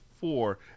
four